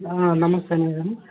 నమస్తే మ్యాడమ్